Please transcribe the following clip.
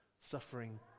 suffering